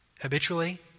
habitually